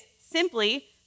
simply